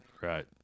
right